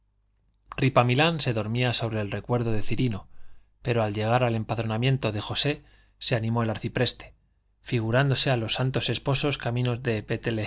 siria ripamilán se dormía sobre el recuerdo de cirino pero al llegar al empadronamiento de josé se animó el arcipreste figurándose a los santos esposos camino de